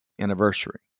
anniversary